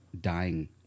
dying